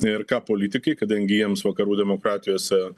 ir ką politikai kadangi jiems vakarų demokratijose